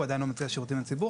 הוא עדיין לא מציע שירותים לציבור,